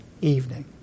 evening